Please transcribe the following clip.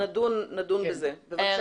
אנחנו נדון בזה, בבקשה.